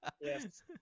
Yes